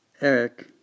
Eric